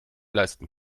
leisten